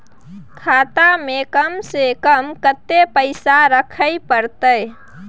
खाता में कम से कम कत्ते पैसा रखे परतै?